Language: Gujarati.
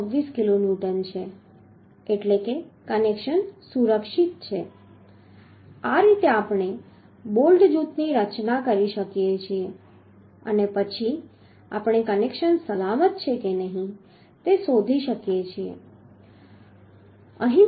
26 કિલોન્યુટન છે એટલે કે કનેક્શન સુરક્ષિત છે આ રીતે આપણે બોલ્ટ જૂથની રચના કરી શકીએ છીએ અને આપણે કનેક્શન સલામત છે કે નથી તે શોધી શકીએ છીએ